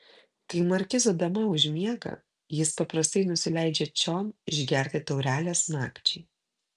kai markizo dama užmiega jis paprastai nusileidžia čion išgerti taurelės nakčiai